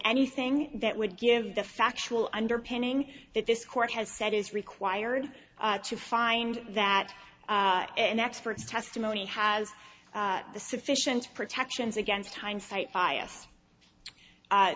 anything that would give the factual underpinning that this court has said is required to find that an expert's testimony has the sufficient protections against hindsight bias